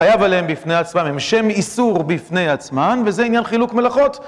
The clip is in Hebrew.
חייב עליהם בפני עצמם, הם שם איסור בפני עצמן, וזה עניין חילוק מלאכות.